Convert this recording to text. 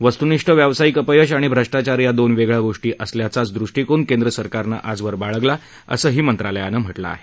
वस्तुनिष्ठ व्यावसायिक अपयश आणि भ्रष्टाचार या दोन वेगळ्या गोष्टी असल्याचाच दृष्टीकोन केंद्र सरकारनं आजवर बाळगल्याचंही मंत्रालयानं म्हटलं आहे